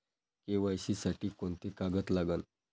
KYC साठी कोंते कागद लागन?